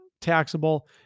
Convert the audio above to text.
taxable